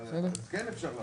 כן אפשר להחריג.